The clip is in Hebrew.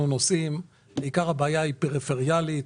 פריפריאלית,